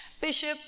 Bishop